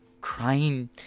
crying